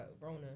Rona